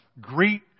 Greet